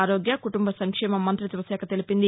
ఆరోగ్య కుటుంబ సంక్షేమ మంతిత్వ శాఖ తెలిపింది